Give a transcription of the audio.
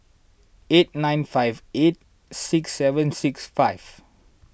eight nine five eight six seven six five